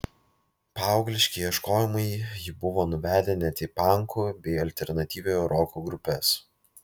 paaugliški ieškojimai jį buvo nuvedę net į pankų bei alternatyviojo roko grupes